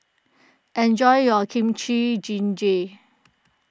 enjoy your Kimchi Jjigae